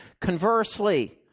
Conversely